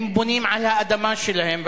הם בונים על האדמה שלהם,